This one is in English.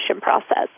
process